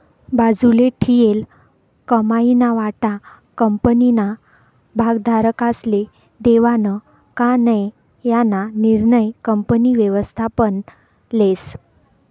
बाजूले ठीयेल कमाईना वाटा कंपनीना भागधारकस्ले देवानं का नै याना निर्णय कंपनी व्ययस्थापन लेस